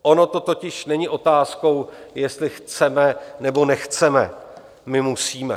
Ono totiž není otázkou, jestli chceme nebo nechceme, my musíme.